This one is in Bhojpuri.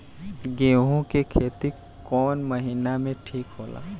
गेहूं के खेती कौन महीना में ठीक होला?